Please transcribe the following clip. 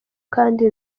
kandi